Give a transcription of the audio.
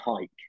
hike